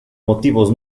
motivos